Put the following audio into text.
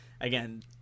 again